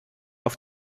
auf